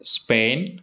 Spain